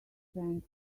spend